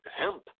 hemp